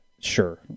Sure